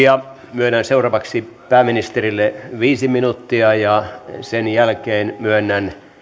myönnän seuraavaksi pääministerille viisi minuuttia ja sen jälkeen myönnän